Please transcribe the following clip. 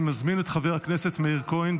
אני מזמין את חבר הכנסת מאיר כהן.